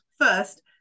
first